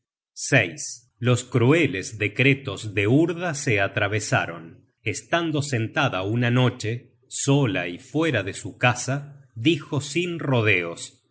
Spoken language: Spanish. g los crueles decretos de urda se atravesaron estando sentada una noche sola y fuera de su casa dijo sin rodeos